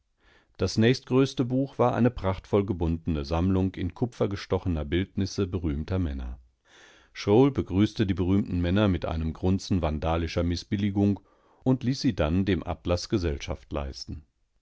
das nächstgrößte buch war eine prachtvoll gebundene sammlung in kupfer gestochener bildnisse berühmter männer shrowl begrüßte die berühmten männer mit einem grunzen vandalischer mißbilligung und ließ sie dann dem atlas gesellschaft leisten